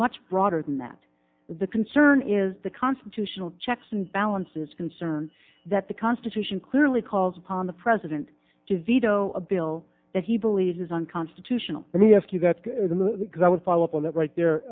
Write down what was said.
much broader than that the concern is the constitutional checks and balances concerned that the constitution clearly calls upon the president to veto a bill that he believes is unconstitutional let me ask you that because i would follow up on that right